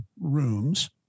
rooms